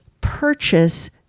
purchase